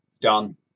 done